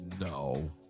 No